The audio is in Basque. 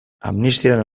amnistiaren